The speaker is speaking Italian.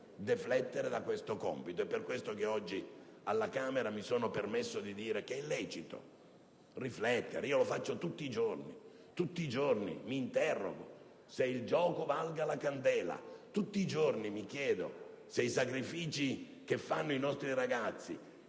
È per questo che oggi alla Camera mi sono permesso di dire che è lecito riflettere - io mi interrogo tutti i giorni al riguardo - se il gioco valga la candela. Tutti i giorni mi chiedo se i sacrifici che i nostri ragazzi